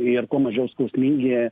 ir kuo mažiau skausmingi